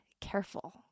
careful